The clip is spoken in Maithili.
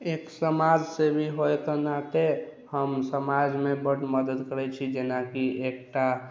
एक समाज सेवी होय के नाते हम समाज मे बड मदद करै छी जेनाकि एकटा